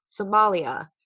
Somalia